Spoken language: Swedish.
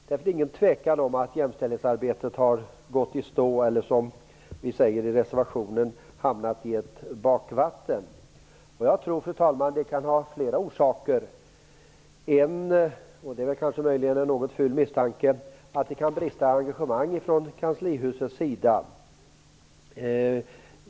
Det är ingen tvekan om att jämställdhetsarbetet har gått i stå eller, som vi säger i reservationen, hamnat i ett bakvatten. Jag tror, fru talman, att det kan ha flera orsaker. En möjligen ful misstanke är att det kan brista i engagemang från kanslihusets sida.